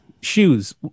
Shoes